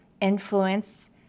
influence